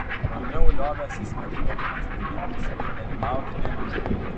maniau liovęsis matyti tokius dalykus ir nerimauti dėl jų